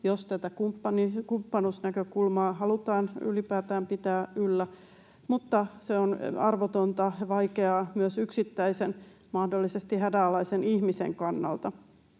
jos tätä kumppanuusnäkökulmaa halutaan ylipäätään pitää yllä, mutta se on arvotonta ja vaikeaa myös yksittäisen mahdollisesti hädänalaisen ihmisen kannalta.